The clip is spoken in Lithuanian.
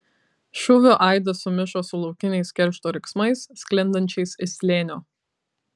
šūvio aidas sumišo su laukiniais keršto riksmais sklindančiais iš slėnio